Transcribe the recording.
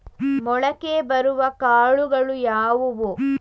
ಮೊಳಕೆ ಬರುವ ಕಾಳುಗಳು ಯಾವುವು?